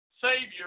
Savior